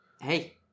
hey